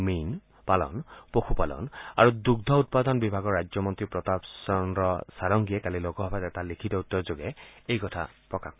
মীন পালন পশু পালন আৰু দুঙ্ধ উৎপাদন বিভাগৰ ৰাজ্যমন্ত্ৰী প্ৰতাপ চন্দ্ৰ সাৰংগীয়ে কালি লোকসভাত এটা লিখিত উত্তৰযোগে এই কথা প্ৰকাশ কৰে